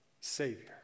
Savior